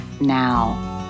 now